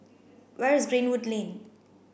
where is Greenwood Lane